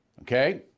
okay